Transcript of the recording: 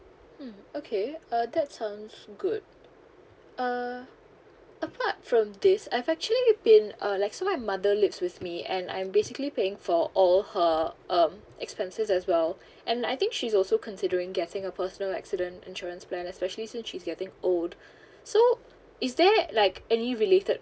mm okay uh that sounds good uh apart from this I've actually been uh let say my mother lives with me and I'm basically paying for all her um expenses as well and I think she's also considering getting a personal accident insurance plan especially since she's getting old so is there like any related